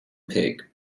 pig